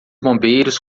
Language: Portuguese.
bombeiros